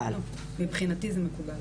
מבחינתי זה מקובל.